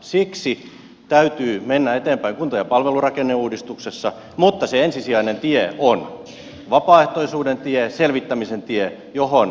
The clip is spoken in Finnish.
siksi täytyy mennä eteenpäin kunta ja palvelurakenneuudistuksessa mutta se ensisijainen tie on vapaaehtoisuuden tie selvittämisen tie johon kuntarakennelakikin perustuu